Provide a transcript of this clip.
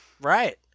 Right